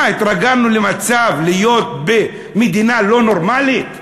מה, התרגלנו למצב, להיות במדינה לא נורמלית?